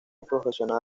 profesional